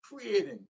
creating